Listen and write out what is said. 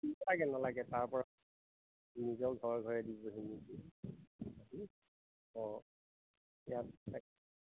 নালাগে নালাগে তাৰপৰা নিজৰ ঘৰে ঘৰে দিব অঁ